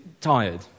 tired